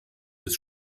des